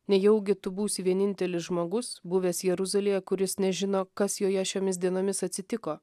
nejaugi tu būsi vienintelis žmogus buvęs jeruzalėje kuris nežino kas joje šiomis dienomis atsitiko